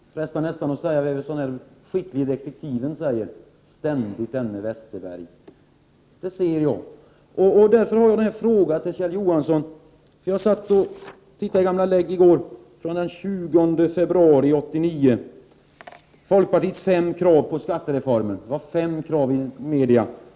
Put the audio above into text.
Jag är nästan frestad att säga som den skicklige detektiven säger: Ständigt denne Westerberg! Detta är vad jag ser, och jag har därför en fråga till Kjell Johansson. Jag satt nämligen i går och tittade i gamla lägg från den 20 februari 1989.